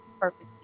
Perfect